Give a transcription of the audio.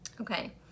Okay